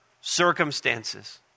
circumstances